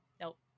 Nope